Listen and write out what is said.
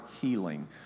healing